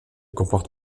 comporte